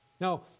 Now